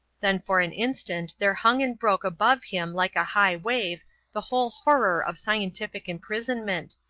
then for an instant there hung and broke above him like a high wave the whole horror of scientific imprisonment,